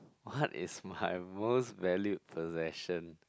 what is my most valued possession